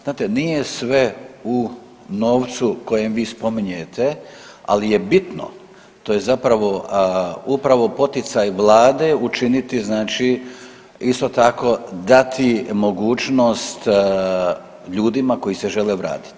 Znate, nije sve u novcu koji vi spominjete, ali je bitno, to je zapravo upravo poticaj vlade učiniti znači isto tako dati mogućnost ljudima koji se žele vratiti.